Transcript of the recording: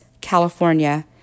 California